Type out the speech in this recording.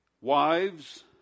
wives